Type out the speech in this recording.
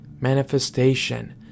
manifestation